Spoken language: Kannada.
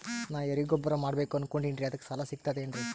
ನಾ ಎರಿಗೊಬ್ಬರ ಮಾಡಬೇಕು ಅನಕೊಂಡಿನ್ರಿ ಅದಕ ಸಾಲಾ ಸಿಗ್ತದೇನ್ರಿ?